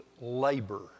labor